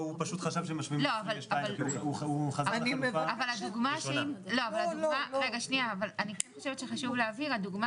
הוא חשב שמשווים --- אני חושבת שחשוב להבהיר שהדוגמה